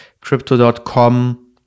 Crypto.com